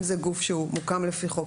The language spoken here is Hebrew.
אם זה גוף שהוא מוקם לפי חוק.